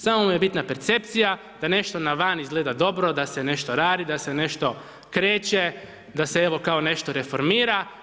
Samo mu je bitna percepcija, da nešto na van izgleda dobro, da se nešto radi, da se nešto kreće, da se evo kao nešto reformira.